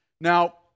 Now